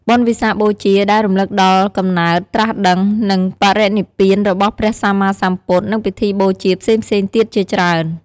បុណ្យវិសាខបូជា ដែលរំលឹកដល់កំណើត ត្រាស់ដឹង និងបរិនិព្វានរបស់ព្រះសម្មាសម្ពុទ្ធ, និងពិធីបូជាផ្សេងៗទៀតជាច្រើន។